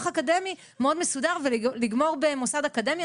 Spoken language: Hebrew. אקדמי מאוד מסודר ולגמור במוסד אקדמי.